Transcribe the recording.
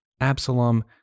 Absalom